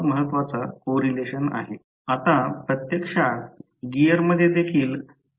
हे वीज प्रकल्पमधील प्रथम एक्सर जनित्र आहे